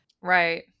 Right